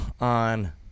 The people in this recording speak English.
on